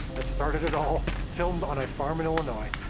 that started it all, filmed on a farm in illinois.